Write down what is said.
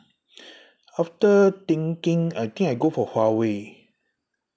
after thinking I think I go for huawei